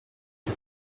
que